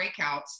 breakouts